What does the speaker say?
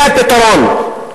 זה הפתרון,